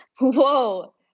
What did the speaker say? whoa